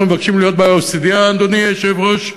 אנחנו מבקשים להיות ב-OECD, אדוני היושב-ראש?